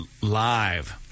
live –